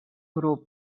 grup